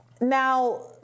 Now